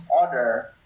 order